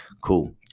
Cool